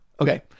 Okay